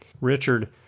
Richard